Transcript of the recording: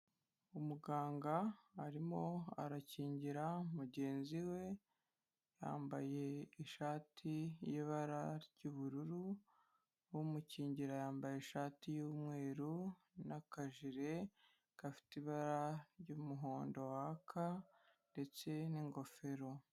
Umuganga arimo arakingira mugenzi we, yambaye ishati y'ibara ry'ubururu, umukingira yambaye ishati y'umweru n'akajire gafite ibara ry'umuhondo waka ndetse n'ingofero.